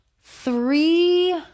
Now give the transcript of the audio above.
three